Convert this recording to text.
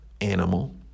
animal